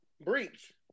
Breach